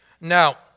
Now